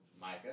Micah